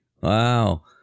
Wow